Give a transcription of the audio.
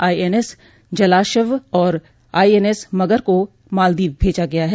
INS Jalashwa और INS Magar को मालदीव भेजा गया है